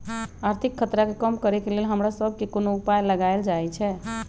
आर्थिक खतरा के कम करेके लेल हमरा सभके कोनो उपाय लगाएल जाइ छै